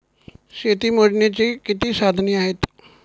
शेती मोजण्याची किती साधने आहेत?